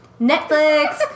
Netflix